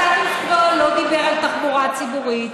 הסטטוס קוו לא דיבר על תחבורה ציבורית.